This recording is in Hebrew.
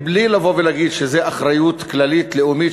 בלי לבוא ולהגיד שזה אחריות כללית-לאומית,